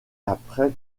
après